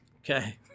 Okay